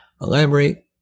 Elaborate